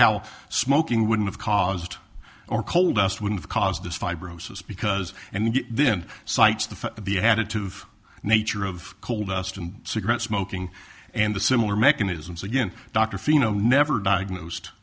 how smoking would have caused or coal dust would have caused this fibrosis because and then cites the be additive nature of coal dust and cigarette smoking and the similar mechanisms again dr pheno never diagnosed